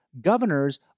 governors